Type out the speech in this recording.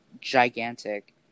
gigantic